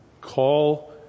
call